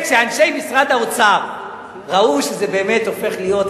כשאנשי משרד האוצר ראו שזה באמת הופך להיות,